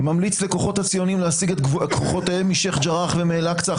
ממליץ לכוחות הציונים להסיג את כוחותיהם משייח' ג'ראח ומאל אקצה,